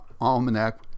Almanac